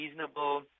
reasonable